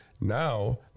now